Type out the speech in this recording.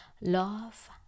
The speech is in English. love